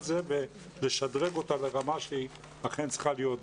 זה ולשדרג אותה לרמה שהיא אכן צריכה להיות.